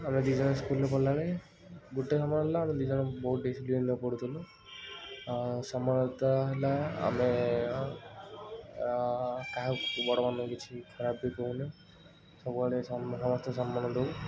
ଆମେ ଦୁଇଜଣ ସ୍କୁଲ୍ରେ ପଢ଼ିଲାବେଳେ ଗୋଟେ ଆମର ହେଲା ଆମେ ଦୁଇଜଣ ବହୁତ ଡିସିପ୍ଲିନ୍ରେ ପଢ଼ୁଥିଲୁ ଆଉ ସମ୍ଭବତଃ ହେଲା ଆମେ କାହାକୁ ବଡ଼ମାନଙ୍କୁ କିଛି ଖରାପ କି କହେନି ସବୁଆଡ଼େ ସମ ସମସ୍ତେ ସମ୍ମାନ ଦେଉ